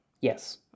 Yes